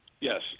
Yes